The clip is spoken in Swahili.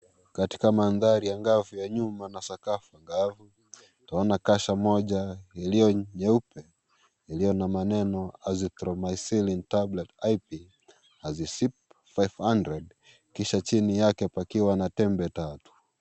Katika manthari angafu ya nyuma na sakafu angafu tunaona kasha moja iliyo nyeupe iliyo na maneneo Azithromyoin tablets IP 500mg kisha chini yake pakiwa na tembe tatu.